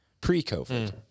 pre-COVID